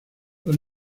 los